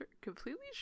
completely